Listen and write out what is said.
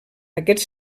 aquests